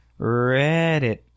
Reddit